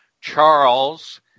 Charles